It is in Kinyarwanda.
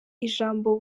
ijambo